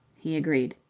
he agreed.